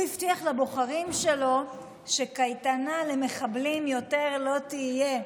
הוא הבטיח לבוחרים שלו שקייטנה למחבלים יותר לא תהיה,